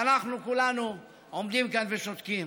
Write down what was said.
ואנחנו כולנו עומדים כאן ושותקים.